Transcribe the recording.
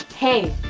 hey,